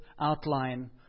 outline